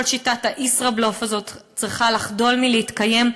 כל שיטת הישראבלוף הזאת צריכה לחדול מלהתקיים.